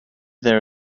there